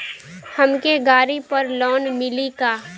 हमके गाड़ी पर लोन मिली का?